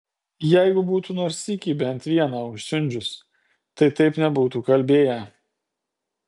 jeigu būtų nors sykį bent vieną užsiundžius tai taip nebūtų kalbėję